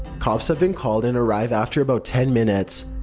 cops have been called and arrive after about ten minutes.